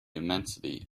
immensity